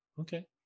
Okay